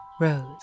Rose